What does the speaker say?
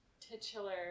titular